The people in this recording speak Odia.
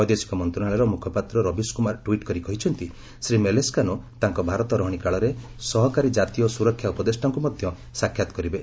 ବୈଦେଶିକ ମନ୍ତ୍ରଣାଳୟର ମୁଖପାତ୍ର ରବିଶ କୁମାର ଟ୍ୱିଟ୍ କରି କହିଛନ୍ତି ଶ୍ରୀ ମେଲେସ୍କାନୋ ତାଙ୍କ ଭାରତ ରହଣି କାଳରେ ସହକାରୀ ଜାତୀୟ ସୁରକ୍ଷା ଉପଦେଷ୍ଟାଙ୍କୁ ମଧ୍ୟ ସାକ୍ଷାତ କରିବେ